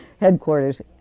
headquarters